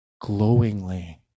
glowingly